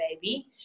baby